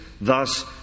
Thus